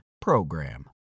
PROGRAM